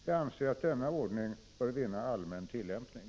Jag anser att denna ordning bör vinna allmän tillämpning.